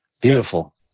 beautiful